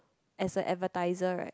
as a advertiser right